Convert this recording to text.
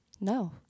No